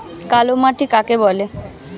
কালো মাটি কাকে বলে?